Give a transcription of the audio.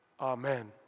Amen